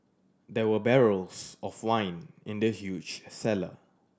there were barrels of wine in the huge cellar